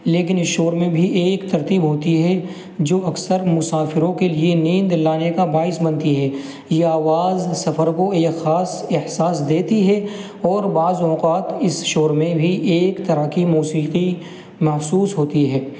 لیکن اس شور میں بھی ایک ترتیب ہوتی ہے جو اکثر مسافروں کے لیے نیند لانے کا باعث بنتی ہے یہ آواز سفر کو ایک خاص احساس دیتی ہے اور بعض اوقات اس شور میں بھی ایک طرح کی موسیقی محسوس ہوتی ہے